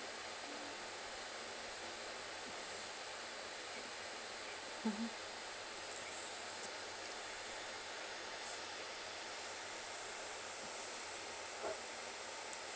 mmhmm